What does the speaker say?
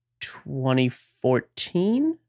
2014